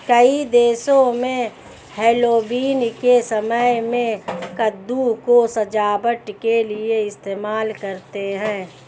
कई देशों में हैलोवीन के समय में कद्दू को सजावट के लिए इस्तेमाल करते हैं